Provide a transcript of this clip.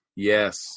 Yes